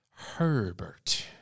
Herbert